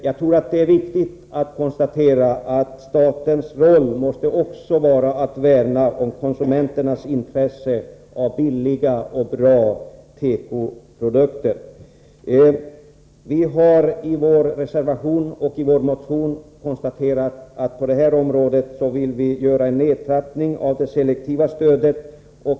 Jag anser det viktigt att konstatera att staten också måste värna om konsumenternas intresse av billiga och bra tekoprodukter. Som framgår av vår reservation och motion vill vi på detta område göra en nedtrappning av det selektiva stödet.